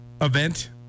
event